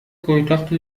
پایتخت